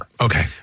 okay